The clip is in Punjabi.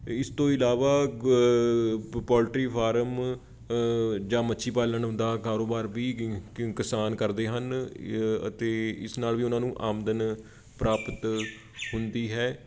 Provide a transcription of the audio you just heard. ਅਤੇ ਇਸ ਤੋਂ ਇਲਾਵਾ ਪੋਲਟਰੀ ਫਾਰਮ ਜਾਂ ਮੱਛੀ ਪਾਲਣ ਦਾ ਕਾਰੋਬਾਰ ਵੀ ਕਿਸਾਨ ਕਰਦੇ ਹਨ ਅਤੇ ਇਸ ਨਾਲ ਵੀ ਉਹਨਾਂ ਨੂੰ ਆਮਦਨ ਪ੍ਰਾਪਤ ਹੁੰਦੀ ਹੈ